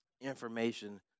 Information